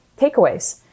takeaways